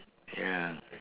ya